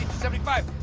seventy five?